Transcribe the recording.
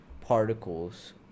particles